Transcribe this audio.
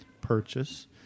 purchase